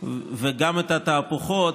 וגם את התהפוכות,